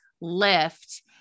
lift